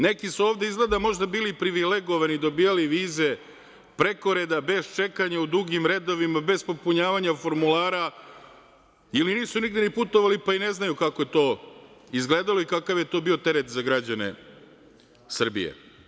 Neki su ovde izgleda možda bili privilegovani, dobijali vize preko reda, bez čekanja u dugim redovima, bez popunjavanja formulara, ili nisu nigde ni putovali, pa i ne znaju kako to izgleda i kakav je to bio teret za građane Srbije.